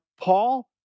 Paul